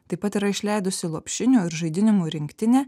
taip pat yra išleidusi lopšinių ir žaidinimų rinktinę